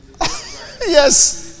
Yes